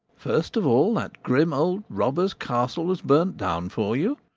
first of all that grim old robbers' castle was burnt down for you.